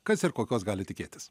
kas ir kokios gali tikėtis